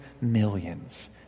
millions